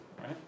right